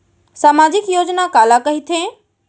सामाजिक योजना काला कहिथे?